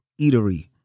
eatery